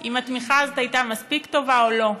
אם התמיכה הזאת הייתה מספיק טובה או לא.